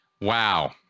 Wow